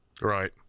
right